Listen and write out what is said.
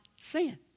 sin